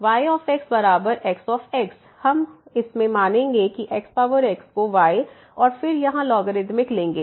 y बराबर xx हम इसमानेंगे xx को y और फिर यहाँ लॉगरिदमिक लेंगे